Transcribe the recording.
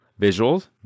visuals